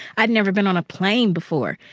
i'd never been on a plane before.